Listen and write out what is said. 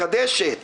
שמקדשת